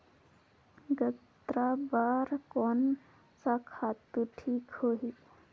गन्ना बार कोन सा खातु ठीक होही?